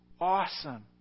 awesome